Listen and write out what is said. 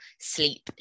sleep